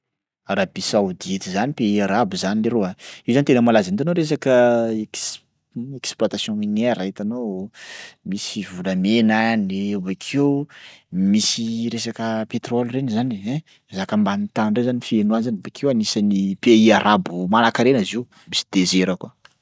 Arabia Saodita zany pays arabo zany leroa, io zany tena malaza hitanao resaka ex- ino ma exploitation minière hitanao misy volamena any, bakeo misy resaka pétrole reny zany e ein zaka ambany tany reny zany feno azy zany, bakeo anisan'ny pays arabo manan-karena izy io, misy désert koa.